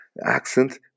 accent